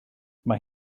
mae